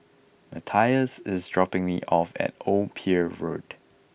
Matthias is dropping me off at Old Pier Road